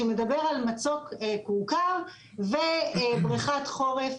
שמדבר על מצוק כורכר ובריכת חורף,